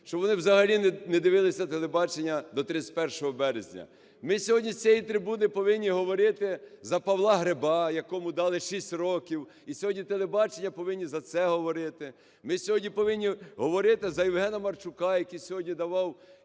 щоб вони взагалі не дивилися телебачення до 31 березня. Ми сьогодні з цієї трибуни повинні говорити за Павла Гриба, якому дали 6 років, і сьогодні телебачення повинні за це говорити; ми сьогодні повинні говорити за Євгена Марчука, який сьогодні давав